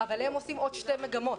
אבל יש להם עוד שתי מגמות,